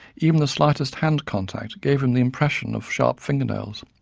even the slightest hand contact give him the impression of sharp fingernails.